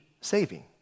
saving